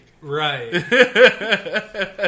Right